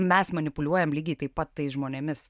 mes manipuliuojam lygiai taip pat tais žmonėmis